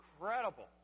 incredible